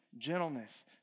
gentleness